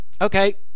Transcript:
Okay